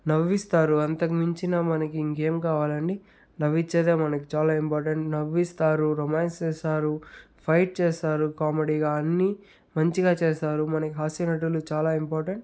నవ్విస్తారు అంతకుమించిన మనకి ఇంకేం కావాలండి నవ్వించేదే మనకి చాలా ఇంపార్టెంట్ నవ్విస్తారు రొమాన్స్ చేస్తారు ఫైట్ చేస్తారు కామెడీగా అన్ని మంచిగా చేస్తారు మనకి హాస్యనటులు చాలా ఇంపార్టెంట్